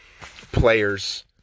players